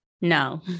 no